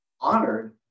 honored